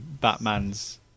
Batman's